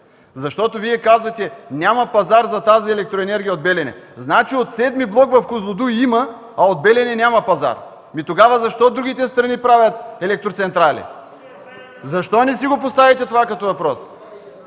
Вие казвате: няма пазар за тази електроенергия от „Белене”. Значи от VІІ блок в „Козлодуй” има, а от „Белене” няма пазар?! Тогава защо другите страни правят електроцентрали? Защо не си поставите това като въпрос.